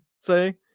say